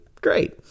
Great